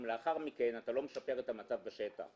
לאחר מכן אז אתה לא משפר את המצב בשטח,